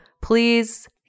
please